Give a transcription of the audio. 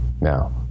Now